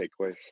takeaways